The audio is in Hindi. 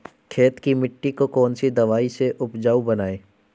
खेत की मिटी को कौन सी दवाई से उपजाऊ बनायें?